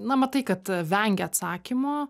na matai kad vengia atsakymo